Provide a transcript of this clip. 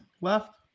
left